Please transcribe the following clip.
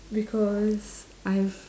because I've